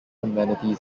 amenities